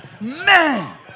Man